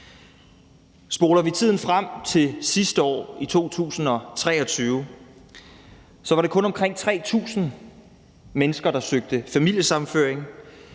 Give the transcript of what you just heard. Spoler vi tiden frem til sidste år, altså 2023, så var det kun omkring 3.000 mennesker, der søgte familiesammenføring,